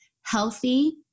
healthy